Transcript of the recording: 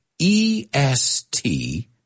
E-S-T